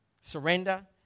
surrender